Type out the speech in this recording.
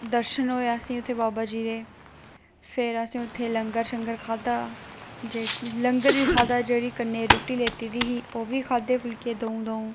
दर्शन होए असें ई उत्थै बाबा जी दे फिर असें उत्थै लंग र शगंर खाद्धा लंगर बी खाद्धा जेह्ड़ी कन्नै रुट्टी लैती दी ही ओह् बी खाद्धे फुलके द'ऊं द'ऊं